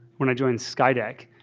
when i joined skydeck,